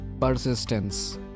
persistence